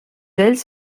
ells